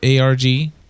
ARG